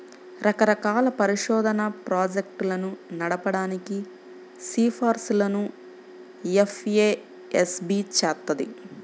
రకరకాల పరిశోధనా ప్రాజెక్టులను నడపడానికి సిఫార్సులను ఎఫ్ఏఎస్బి చేత్తది